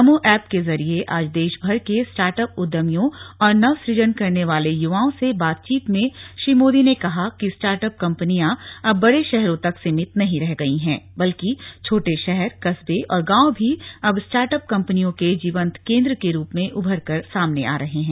नमो app के जरिये आज देश भर के स्टार्टअप उद्यमियों और नवसुजन करने वाले युवाओं से बातचीत में श्री मोदी ने कहा कि स्टार्टअप कम्पनियां अब बड़े शहरों तक सीमित नहीं रह गई हैं बल्कि छोटे शहर कस्बे और गांव भी अब स्टार्टअप कम्पनियों के जीवंत केन्द्र के रूप में उभर रहे हैं